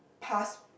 pass